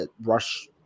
rush